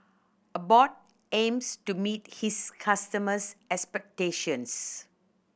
abbott aims to meet its customers' expectations